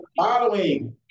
Following